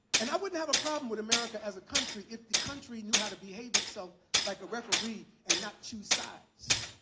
and i wouldn't have a problem with america as a country if the country knew how to behave itself like a referee and not two sides.